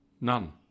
None